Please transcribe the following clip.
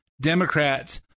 Democrats